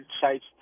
sites